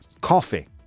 Coffee